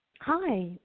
Hi